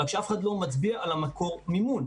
מצביע על מקור המימון.